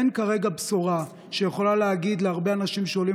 אין כרגע בשורה כך שנוכל להגיד להרבה אנשים שעולים